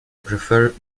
prefer